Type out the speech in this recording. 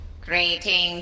Greetings